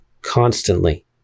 constantly